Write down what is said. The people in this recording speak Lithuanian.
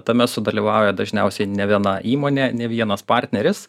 tame sudalyvauja dažniausiai ne viena įmonė ne vienas partneris